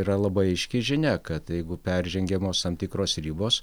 yra labai aiški žinia kad jeigu peržengiamos tam tikros ribos